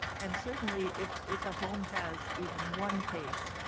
and certainly, if if a home has even one case,